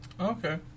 Okay